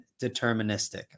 deterministic